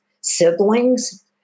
siblings